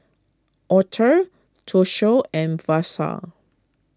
Aurthur Toshio and Versa